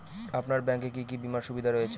আপনার ব্যাংকে কি কি বিমার সুবিধা রয়েছে?